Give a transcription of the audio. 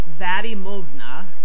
Vadimovna